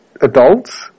adults